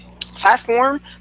platform